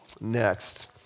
Next